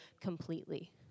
completely